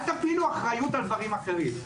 אל תפילו אחריות על דברים אחרים.